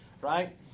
right